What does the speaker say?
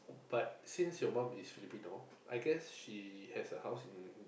but since your mum is Filipino I guess she has a house in